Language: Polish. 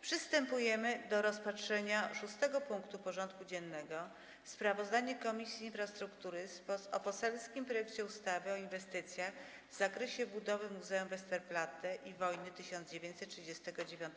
Przystępujemy do rozpatrzenia punktu 6. porządku dziennego: Sprawozdanie Komisji Infrastruktury o poselskim projekcie ustawy o inwestycjach w zakresie budowy Muzeum Westerplatte i Wojny 1939